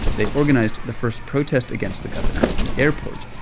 they organized the first protest against the governor at the airport,